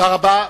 תודה רבה.